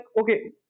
okay